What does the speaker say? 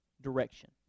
direction